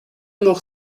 noch